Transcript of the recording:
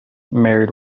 married